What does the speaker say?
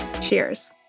Cheers